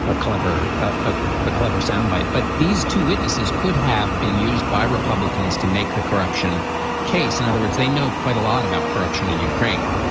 ah clever ah ah clever soundbite but these two witnesses could have been used by republicans to make the corruption case in other words they know quite a lot about corruption in ukraine.